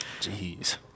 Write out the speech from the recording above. Jeez